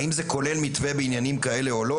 האם זה כולל מתווה בעניינים כאלה או לא?